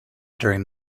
during